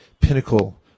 pinnacle